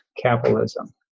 capitalism